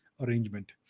arrangement